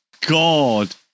God